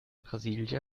brasília